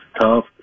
tough